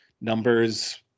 numbers